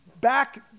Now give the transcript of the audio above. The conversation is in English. back